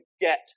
get